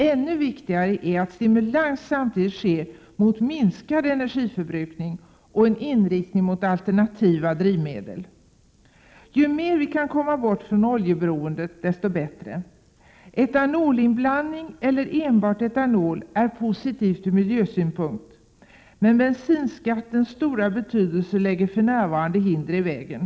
Ännu viktigare är att samtidigt stimulera till minskad energiförbrukning och till användning av alternativa drivmedel. Ju mer vi kan komma ifrån oljeberoendet, desto bättre. Etanolinblandning eller enbart etanol är positivt från miljösynpunkt, men bensinskattens stora betydelse lägger för närvarande hinder i vägen.